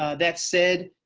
ah that said,